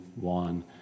one